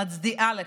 מצדיעה לך.